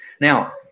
Now